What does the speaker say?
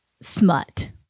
smut